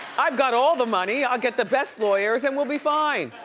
i've got all the money, i'll get the best lawyers, and we'll be fine.